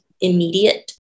immediate